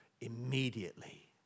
Immediately